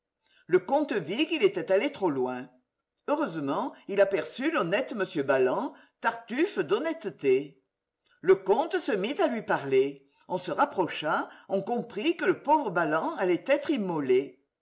le comte vit qu'il était allé trop loin heureusement il aperçut l'honnête m balland tartufe d'honnêteté le comte se mit à lui parler on se rapprocha on comprit que le pauvre balland allait être immolé